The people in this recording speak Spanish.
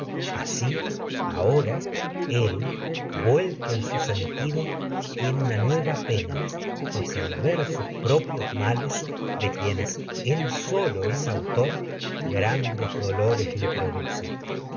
asi ahora pues en su sentido tiene pena es el ver propios males de quienes él sólo autor grandes dolores le produce